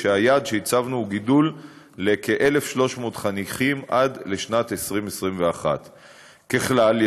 והיעד שהצבנו הוא גידול לכ-1,300 חניכים עד שנת 2021. ככלל,